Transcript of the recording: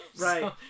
Right